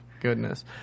goodness